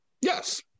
Yes